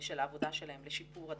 של העבודה שלהם לשיפור הדברים.